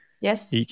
Yes